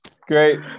great